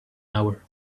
hour